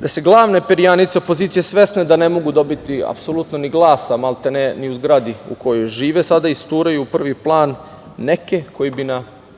da su glavne perjanice opozicije svesne da ne mogu dobiti apsolutno ni glasa maltene ni u zgradi u kojoj žive, sada isturaju u prvi plan neke koji bi na neko